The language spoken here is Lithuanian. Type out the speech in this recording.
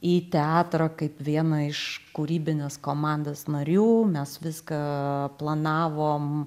į teatrą kaip viena iš kūrybinės komandos narių mes viską planavom